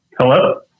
hello